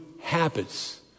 habits